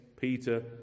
Peter